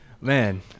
man